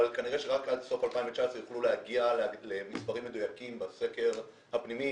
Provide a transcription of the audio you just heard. אבל כנראה שרק עד סוף 2019 יוכלו להגיע למספרים מדויקים בסקר הפנימי,